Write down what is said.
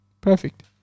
Perfect